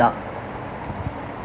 dark